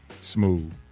Smooth